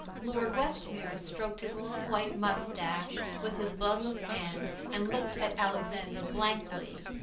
lord westmere stroked his long white mustache with his bloodless hand and looked at alexander blankly.